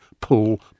pull